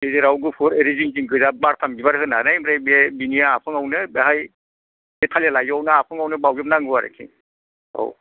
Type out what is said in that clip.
गेजेराव गुफुर ओरै जिं जिं गोजा बारथाम बिबार होनानै ओमफ्राय बे बेनि आफाङावनो बाहाय बे थालिर लाइजौआवनो आफाङावनो बावजोब नांगौ आरोखि